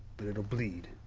but it'll bleed.